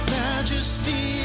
majesty